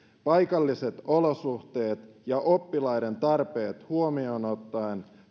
paikalliset olosuhteet ja oppilaiden tarpeet huomioon ottaen